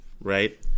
right